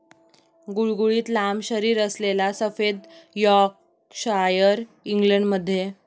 गुळगुळीत लांब शरीरअसलेला सफेद यॉर्कशायर इंग्लंडमध्ये आढळतो